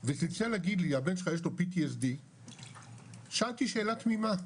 וצלצל להגיד לי הבן שלך יש לו PTSD שאלתי שאלה תמימה,